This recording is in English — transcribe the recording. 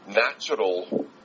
natural